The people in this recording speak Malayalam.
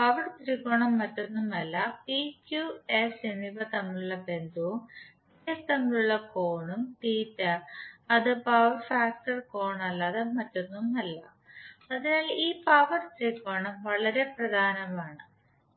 പവർ ത്രികോണം മറ്റൊന്നുമല്ല പി ക്യു എസ് എന്നിവ തമ്മിലുള്ള ബന്ധവും പി എസ് തമ്മിലുള്ള കോണും അത് പവർ ഫാക്ടർ കോണല്ലാതെ മറ്റൊന്നുമല്ല അതിനാൽ ഈ പവർ ത്രികോണം വളരെ പ്രധാനമാണ്